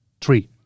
three